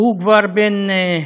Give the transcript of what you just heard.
והוא כבר בן,